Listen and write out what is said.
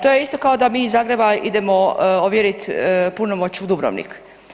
To je isto kao da mi iz Zagreba idemo ovjeriti punomoć u Dubrovnik.